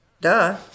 Duh